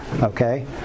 Okay